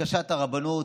בקשת הרבנות